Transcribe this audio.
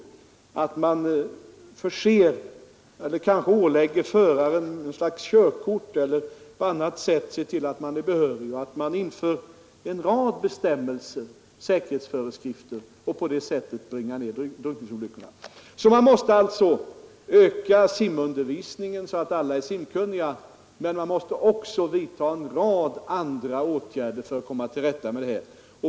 Man kan kanske tänka sig att ålägga förare att ta något slags körkort eller att på annat sätt se till att denne är behörig att framföra sin båt. Man kan således införa en rad olika säkerhetsföreskrifter för att försöka bringa ned drunkningsolyckorna. Man måste alltså öka simundervisningen, så att alla blir simkunniga, men man måste också vidta en rad andra åtgärder för att komma till rätta med det här.